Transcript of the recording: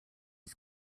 its